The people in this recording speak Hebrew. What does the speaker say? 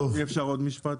אדוני, אפשר עוד משפט?